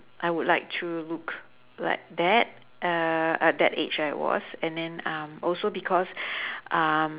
I would like to look like that uh at that age I was and then uh also because um